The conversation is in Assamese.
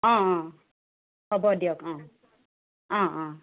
অঁ অঁ হ'ব দিয়ক অঁ অঁ অঁ